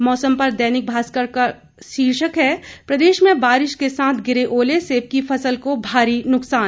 मौसम पर दैनिक भास्कर का शीर्षक है प्रदेश में बारिश के साथ गिरे ओले सेब की फसल को भारी नुकसान